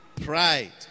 pride